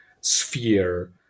sphere